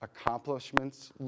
accomplishments